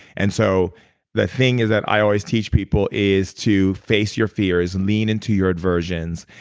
and so the thing is that i always teach people is to face your fears, and lean into your aversions.